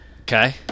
Okay